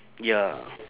ya